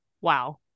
Wow